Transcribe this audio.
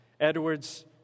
Edwards